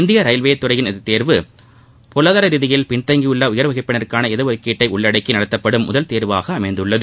இந்திய ரயில்வே துறையின் இந்த தேர்வு பொருளாதார ரீதியில் பின் தங்கியுள்ள உயர் வகுப்பினருக்கான இட ஒதுக்கீட்டை உள்ளடக்கி நடத்தப்படும் முதல் தேர்வாக அமைந்துள்ளது